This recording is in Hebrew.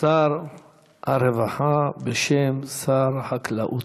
שר הרווחה, בשם שר החקלאות,